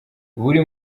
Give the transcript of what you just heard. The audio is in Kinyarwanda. buri